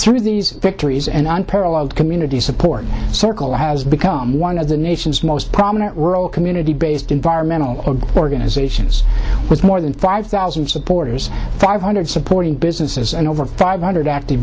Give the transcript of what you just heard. through these victories and paralleled community support circle has become one of the nation's most prominent world community based environmental organizations with more than five thousand supporters five hundred supporting businesses and over five hundred active